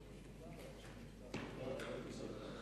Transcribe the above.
מעצרים) (היוועדות חזותית,